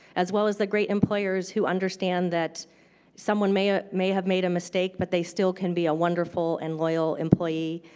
as well as the great employers who understand that someone may ah may have made a mistake, but they still can be a wonderful and loyal employee.